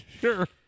Sure